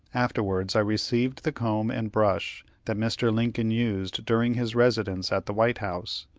afterwards i received the comb and brush that mr. lincoln used during his residence at the white house.